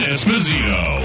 Esposito